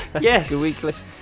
Yes